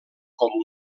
com